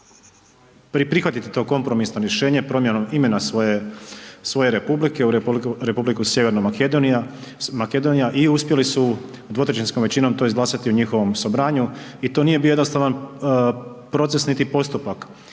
prihvatiti to kompromisno rješenje, promjenom imena svoje Republiku, u Republiku Sjeverna Makedonija i uspjeli su 2/3 većinom to izglasati u njihovom Sobranju i to nije bio jednostavan procesni postupak.